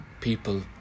people